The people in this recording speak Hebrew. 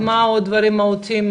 מאפשר את ההגדלה הזאת,